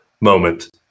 moment